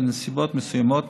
בנסיבות מסוימות,